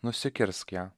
nusikirsk ją